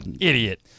Idiot